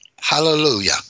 Hallelujah